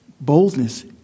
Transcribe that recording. boldness